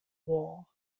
war